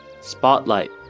spotlight